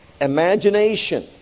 imagination